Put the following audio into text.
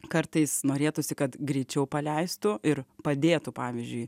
kartais norėtųsi kad greičiau paleistų ir padėtų pavyzdžiui